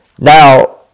Now